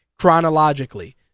chronologically